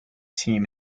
team